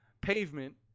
pavement